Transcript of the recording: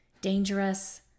dangerous